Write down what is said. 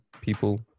people